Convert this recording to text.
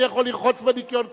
אני יכול לרחוץ בניקיון כפי.